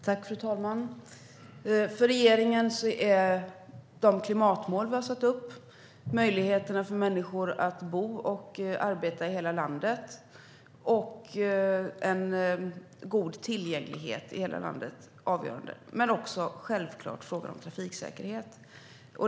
Fru talman! För regeringen är de klimatmål vi har satt upp, möjligheterna för människor att bo och arbeta i hela landet och en god tillgänglighet i hela landet avgörande. Men det handlar självklart också om trafiksäkerhet.